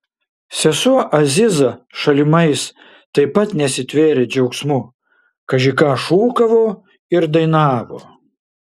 sesuo aziza šalimais taip pat nesitvėrė džiaugsmu kaži ką šūkavo ir dainavo